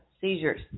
seizures